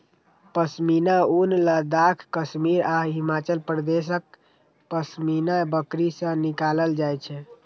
पश्मीना ऊन लद्दाख, कश्मीर आ हिमाचल प्रदेशक पश्मीना बकरी सं निकालल जाइ छै